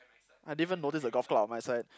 I didn't even notice the golf club on my side